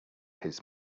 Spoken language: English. his